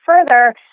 further